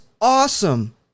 awesome